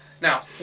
Now